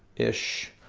ish.